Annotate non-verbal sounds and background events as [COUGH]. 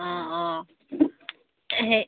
অঁ অঁ [UNINTELLIGIBLE]